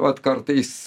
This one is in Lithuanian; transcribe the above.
vat kartais